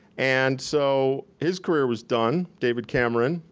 and so his career was done, david cameron,